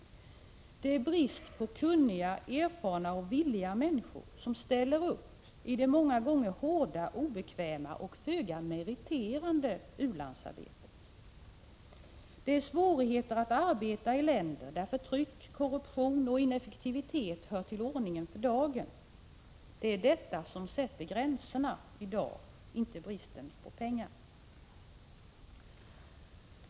Det är brist på kunniga, erfarna och villiga människor som ställer upp i det många gånger hårda, obekväma och föga meriterande u-landsarbetet. Det är svårigheter att arbeta i länder där förtryck, korruption och ineffektivitet hör till ordningen för dagen. Det är detta som sätter gränserna i dag —- inte bristen på pengar.